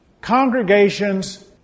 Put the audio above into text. congregations